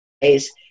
days